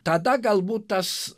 tada galbūt tas